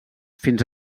fins